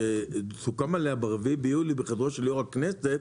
שסוכם עליה ב-4 ביולי בחדרו של יו"ר הכנסת,